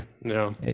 no